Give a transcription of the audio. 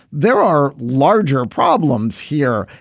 there are larger problems here.